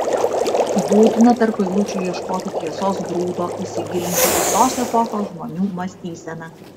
būtina tarp eilučių ieškoti tiesos grūdo įsigilinti į tos epochos žmonių mąstyseną